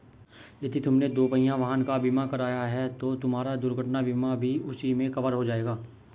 यदि तुमने दुपहिया वाहन का बीमा कराया है तो तुम्हारा दुर्घटना बीमा भी उसी में कवर हो जाएगा